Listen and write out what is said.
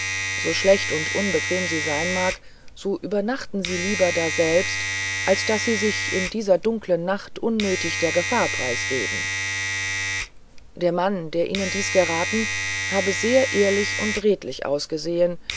so schlecht und unbequem sie sein mag so übernachten sie lieber daselbst als daß sie sich in dieser dunkeln nacht unnötig der gefahr preisgeben der mann der ihnen dies geraten habe sehr ehrlich und rechtlich ausgesehen